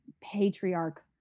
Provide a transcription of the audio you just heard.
patriarch